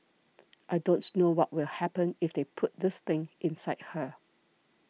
I don't know what will happen if they put this thing inside her